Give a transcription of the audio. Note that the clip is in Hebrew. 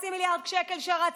חצי מיליארד שקל, כשרצו.